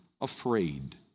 afraid